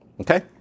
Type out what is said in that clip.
Okay